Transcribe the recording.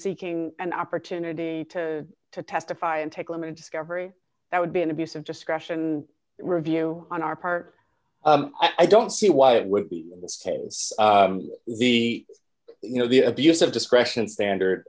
seeking an opportunity to testify and take limited discovery that would be an abuse of discretion review on our part i don't see why it would be tense the you know the abuse of discretion standard